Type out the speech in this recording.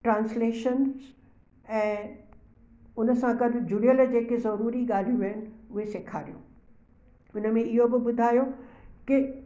translations ऐं हुन सां गॾु जुड़ियल जे के समूरी ॻाल्हियूं आहिनि उहे सेखारियूं हुन में इहो बि ॿुधायो कि